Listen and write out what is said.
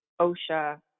OSHA